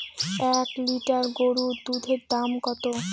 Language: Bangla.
এক লিটার গরুর দুধের দাম কত?